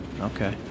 Okay